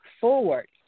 forward